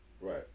Right